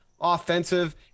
offensive